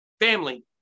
family